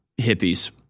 hippies